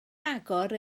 agor